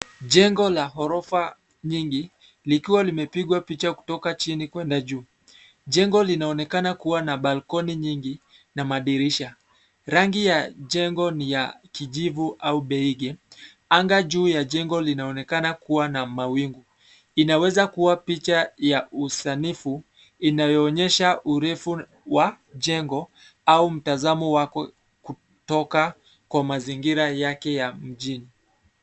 Jengo la ghorofa nyingi likiwa limepigwa picha kutoka chini kwenda juu. Jengo linaonekana kuwa na balkoni nyingi na madirisha. Rangi ya jengo ni ya kijivu au beige . Anga juu ya jengo linaonekana kuwa na mawingu. Inaweza kuwa picha ya usanifu inayoonyesha urefu wa jengo au mtazamo wako kutoka kwa mazingira yake ya mjini.